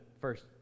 first